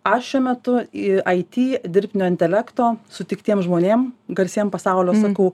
aš šiuo metu į it dirbtinio intelekto sutiktiem žmonėm garsiem pasaulio sakau